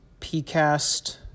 PCAST